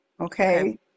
okay